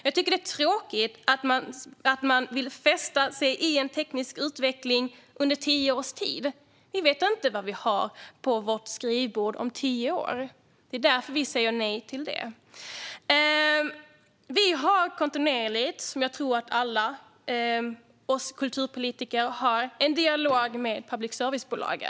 Jag tycker att det är tråkigt att man vill låsa sig vid en viss teknisk utveckling under en tioårsperiod. Vi vet inte vad vi har på skrivbordet om tio år. Det är därför vi säger nej till detta. Vi har en kontinuerlig dialog med public service-bolagen, vilket jag tror att alla vi kulturpolitiker har.